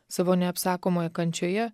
savo neapsakomoje kančioje